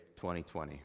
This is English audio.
2020